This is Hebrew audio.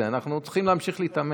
אנחנו צריכים להמשיך להתאמן,